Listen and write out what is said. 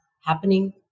happening